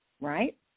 right